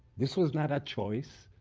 this was not a choice.